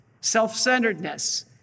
Self-centeredness